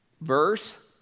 verse